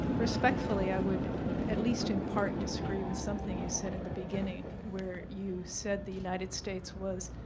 respectfully i would at least in part disagree with something you said in the beginning where you said the united states was